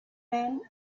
men